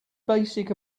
basic